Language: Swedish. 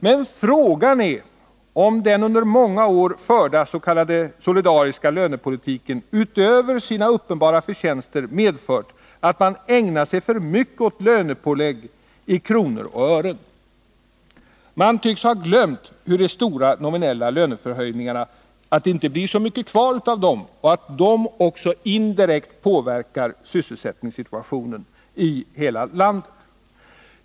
Men frågan är om den under många år förda s.k. solidariska lönepolitiken utöver sina uppenbara förtjänster medfört att man ägnat sig för mycket åt lönepålägg i kronor och ören. Man tycks ha glömt att det inte blir så mycket kvar av de stora nominella löneförhöjningarna och att de också indirekt påverkar sysselsättningssituationen i hela landet.